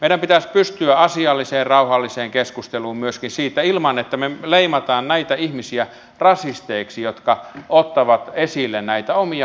meidän pitäisi pystyä asialliseen rauhalliseen keskusteluun myöskin siitä ilman että me leimaamme rasisteiksi näitä ihmisiä jotka ottavat esille näitä omia huoliaan